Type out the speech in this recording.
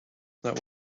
that